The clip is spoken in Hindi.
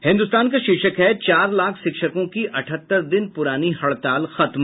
हिन्दुस्तान का शीर्षक है चार लाख शिक्षकों की अठहत्तर दिन पुरानी हड़ताल खत्म